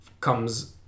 comes